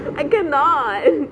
I cannot